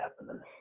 happening